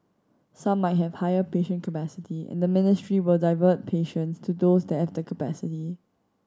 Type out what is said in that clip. some might have higher patient capacity and the ministry will divert patients to those that have the capacity